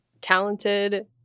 talented